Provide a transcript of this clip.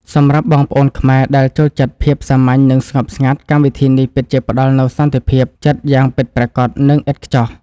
សម្រាប់បងប្អូនខ្មែរដែលចូលចិត្តភាពសាមញ្ញនិងស្ងប់ស្ងាត់កម្មវិធីនេះពិតជាផ្តល់នូវសន្តិភាពចិត្តយ៉ាងពិតប្រាកដ និង ឥតខ្ចោះ។